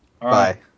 Bye